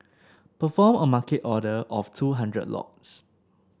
perform a market order of two hundred lots